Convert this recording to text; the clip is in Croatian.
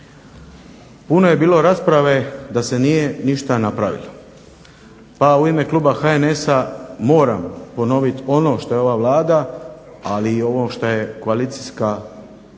Puno je bilo rasprave da se nije ništa napravilo. Pa u ime kluba HNS-a moram ponovit ono što je ova Vlada, ali i ovo što je koalicijska većina